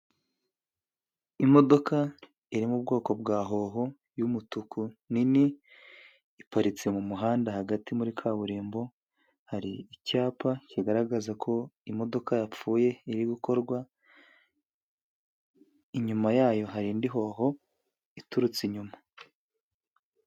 Imodoka iri mu bwoko bwa hoho y'umutuku nini iparitse mu muhanda hagati muri kaburimbo hari icyapa kigaragaza ko imodoka yapfuye iri gukorwa inyuma yayo hari indi hoho iturutse inyuma.